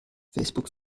facebook